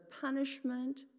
punishment